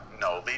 no